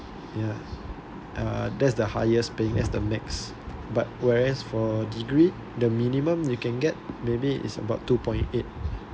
ya uh that's the highest paying that's the max but whereas for degree the minimum you can get maybe is about two point eight